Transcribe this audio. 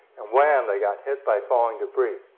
and wham, they got hit by falling debris.